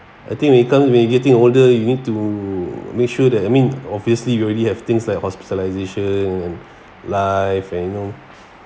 I think we can't we're getting older you need to make sure that I mean obviously you already have things like hospitalisation and life and you know